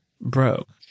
broke